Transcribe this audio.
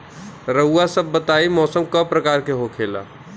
रउआ सभ बताई मौसम क प्रकार के होखेला?